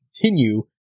continue